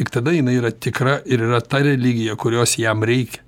tik tada jinai yra tikra ir yra ta religija kurios jam reikia